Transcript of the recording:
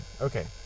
Okay